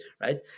right